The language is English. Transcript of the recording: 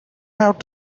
have